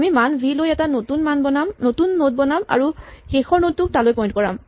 আমি মান ভি লৈ এটা নতুন নড বনাম আৰু শেষৰ নডটোক তালৈ পইন্ট কৰাম